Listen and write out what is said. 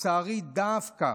לצערי דווקא